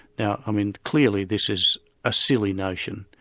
now i mean clearly this is a silly notion,